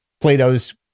Plato's